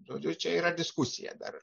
žodžiu čia yra diskusija dar